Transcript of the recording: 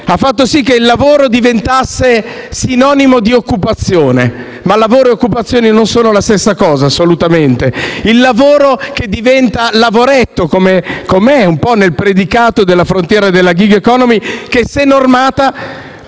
ha fatto sì che il lavoro diventasse sinonimo di occupazione, ma lavoro e occupazione non sono assolutamente la stessa cosa: il lavoro che diventa lavoretto, come un po' è nel predicato della frontiera della *gig economy*, che, se non normata,